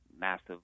massive